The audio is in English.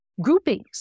groupings